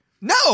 No